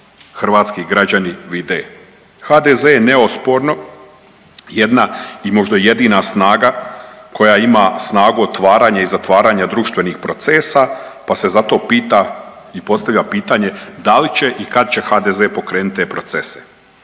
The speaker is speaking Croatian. hrvatski građani vide. HDZ je neosporno jedna i možda jedina snaga koja ima snagu otvaranja i zatvaranja društvenih procesa, pa se zato pita i postavlja pitanje da li će i kad će HDZ pokrenuti te procese.